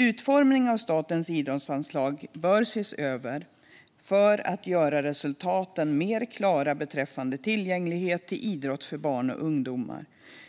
Utformningen av statens idrottsanslag bör ses över för att göra resultaten mer klara beträffande tillgänglighet till idrott för barn och ungdomar